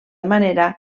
manera